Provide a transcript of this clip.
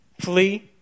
Flee